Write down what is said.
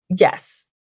Yes